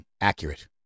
accurate